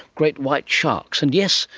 great white sharks and, yes,